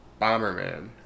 Bomberman